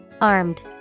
Armed